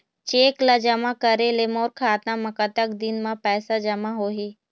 Cheque ला जमा करे ले मोर खाता मा कतक दिन मा पैसा जमा होही?